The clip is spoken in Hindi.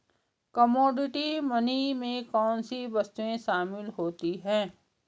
कमोडिटी मनी में कौन सी वस्तुएं शामिल होती हैं?